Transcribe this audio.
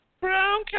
brown